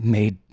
made